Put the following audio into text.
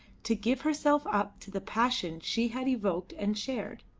to give herself up to the passion she had evoked and shared.